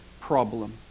problem